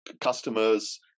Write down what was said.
customers